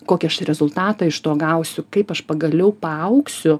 kokį aš rezultatą iš to gausiu kaip aš pagaliau paaugsiu